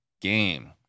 game